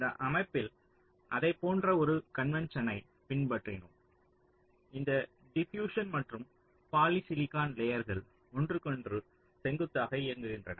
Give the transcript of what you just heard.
இந்த அமைப்பில் அதைப் போன்ற ஒரு கன்வென்ஸன்யை பின்பற்றினோம் இந்த டிபியுஸ்சன் மற்றும் பாலிசிலிகான் லேயர்கள் ஒன்றுக்கொன்று செங்குத்தாக இயங்குகின்றன